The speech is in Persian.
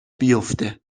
بیفته